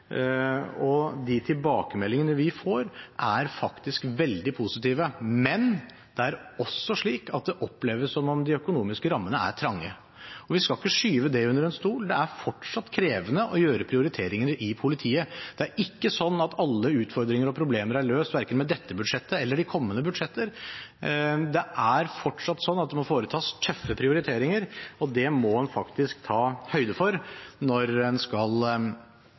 og de tilbakemeldingene vi får, er faktisk veldig positive. Men det er også slik at det oppleves som om de økonomiske rammene er trange, og vi skal ikke skyve det under en stol. Det er fortsatt krevende å gjøre prioriteringer i politiet, det er ikke sånn at alle utfordringer og problemer er løst verken med dette budsjettet eller de kommende budsjetter. Det er fortsatt sånn at det må foretas tøffe prioriteringer, og det må en faktisk ta høyde for når en skal